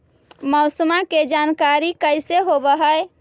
मौसमा के जानकारी कैसे होब है?